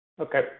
Okay